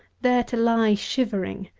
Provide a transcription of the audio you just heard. there to lie shivering,